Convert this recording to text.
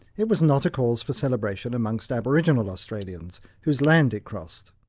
it was not a cause for celebration amongst aboriginal australians whose land it crossed.